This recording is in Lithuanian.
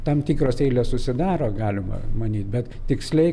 tam tikros eilės susidaro galima manyti bet tiksliai